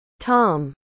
Tom